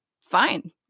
fine